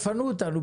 יפנו אותנו.